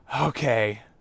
Okay